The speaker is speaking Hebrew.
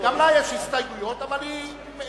גם לה יש הסתייגויות, אבל היא תומכת.